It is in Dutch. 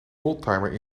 oldtimer